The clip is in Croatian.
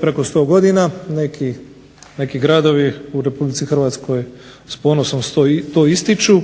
preko 100 godina, neki gradovi u Republici Hrvatskoj s ponosom to ističu